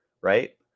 right